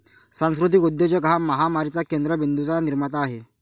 सांस्कृतिक उद्योजक हा महामारीच्या केंद्र बिंदूंचा निर्माता आहे